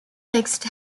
texts